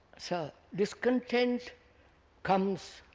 sir, discontent comes.